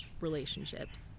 relationships